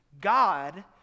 God